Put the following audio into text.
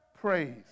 praise